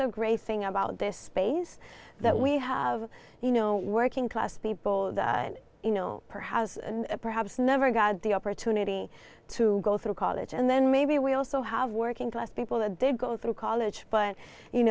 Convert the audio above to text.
the great thing about this space that we have you know working class people that you know perhaps perhaps never got the opportunity to go through college and then maybe we also have working class people that they go through college but you